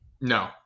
No